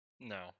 No